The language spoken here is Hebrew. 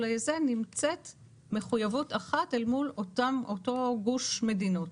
זה נמצאת מחויבות אחת אל מול אותו גוש מדינות.